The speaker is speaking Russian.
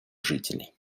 жителей